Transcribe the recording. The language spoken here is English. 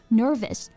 nervous